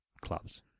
clubs